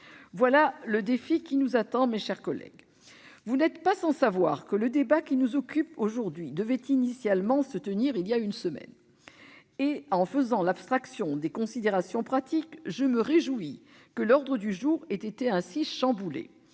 Voilà le défi qui nous attend, mes chers collègues. Vous n'êtes pas sans savoir que le débat qui nous occupe aujourd'hui devait initialement se tenir il y a une semaine. Si je fais abstraction des considérations pratiques, je me réjouis que l'ordre du jour ait été ainsi chamboulé.